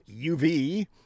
UV